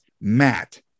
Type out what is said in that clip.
Matt